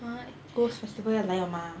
ghost festival 要来了 mah